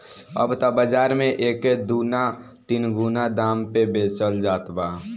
अब त बाज़ार में एके दूना तिगुना दाम पे बेचल जात बा